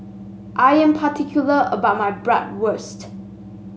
I am particular about my Bratwurst